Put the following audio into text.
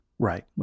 Right